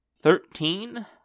Thirteen